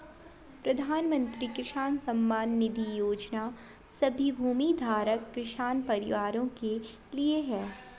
प्रधानमंत्री किसान सम्मान निधि योजना सभी भूमिधारक किसान परिवारों के लिए है